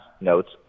notes